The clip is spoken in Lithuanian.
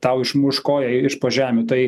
tau išmuš koją iš po žemių tai